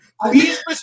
Please